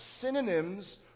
synonyms